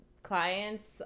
clients